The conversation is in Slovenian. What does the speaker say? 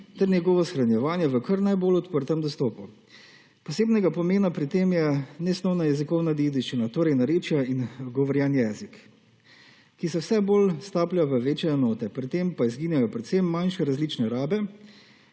ter njegovo shranjevanje v kar najbolj odprtem dostopu. Posebnega pomena pri tem je nesnovna jezikovna dediščina, torej narečja in govorjen jezik, ki se vse bolj staplja v večje enote, pri tem pa izginjajo predvsem manjše različne rabe,